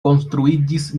konstruiĝis